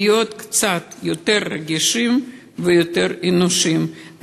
להיות קצת יותר רגישים ויותר אנושיים,